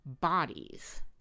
bodies